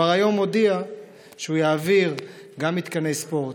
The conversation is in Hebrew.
כבר היום הודיע שהוא יעביר גם מתקני ספורט